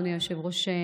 אדוני היושב-ראש,